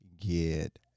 get